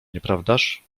nieprawdaż